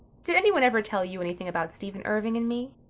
did anyone ever tell you anything about stephen irving and me?